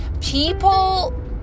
people